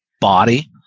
body